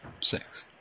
Six